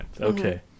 Okay